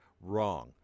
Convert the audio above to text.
wrong